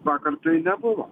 vakar tai nebuvo